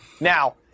Now